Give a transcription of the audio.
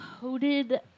Coated